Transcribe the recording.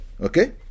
Okay